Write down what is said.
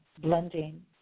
blending